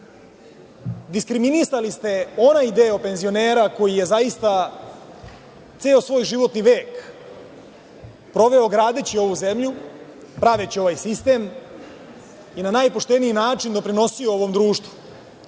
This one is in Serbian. Diskriminisali ste onaj deo penzionera koji je zaista ceo svoj životni vek proveo gradeći ovu zemlju, praveći ovaj sistem i na najpošteniji način doprinosio ovom društvu.